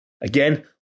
Again